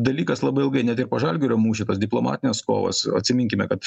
dalykas labai ilgai net ir po žalgirio mūšio tos diplomatinės kovos atsiminkime kad